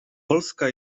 polska